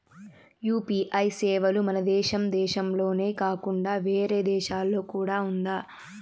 UPI సేవలు మన దేశం దేశంలోనే కాకుండా వేరే దేశాల్లో కూడా ఉందా?